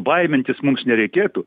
baimintis mums nereikėtų